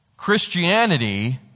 Christianity